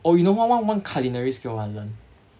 oh you know what what one cullinary skill I want to learn